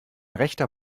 rechter